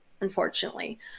Unfortunately